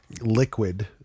liquid